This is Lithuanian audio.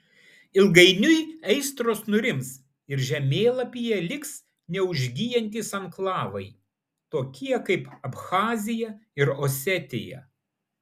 ilgainiui aistros nurims ir žemėlapyje liks neužgyjantys anklavai tokie kaip abchazija ir osetija